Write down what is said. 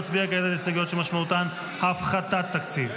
אנחנו נצביע כעת על הסתייגויות שמשמעותן הפחתת תקציב.